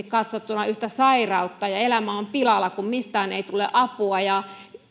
katsottuna yhtä sairautta ja elämä on pilalla kun mistään ei tule apua